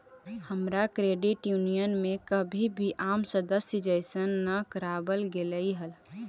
हमरा credit union में कभी भी आम सदस्य जइसन महसूस न कराबल गेलई हल